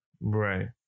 Right